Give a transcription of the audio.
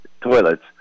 toilets